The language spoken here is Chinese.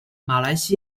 马来西亚